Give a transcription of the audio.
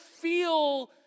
feel